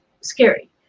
scary